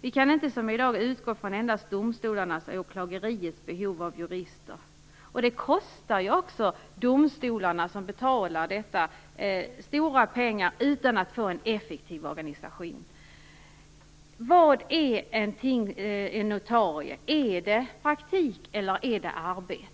Vi kan inte, som i dag, endast utgå från domstolarnas och åklagarmyndigheternas behov av jurister. De betalande domstolarna lägger ut stora pengar på detta utan att få en effektiv organisation. Jag har försökt utröna vad en notarietjänstgöring är - är det praktik eller arbete?